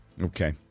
Okay